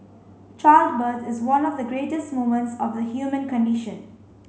childbirth is one of the greatest moments of the human condition